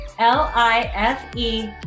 L-I-F-E